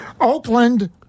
Oakland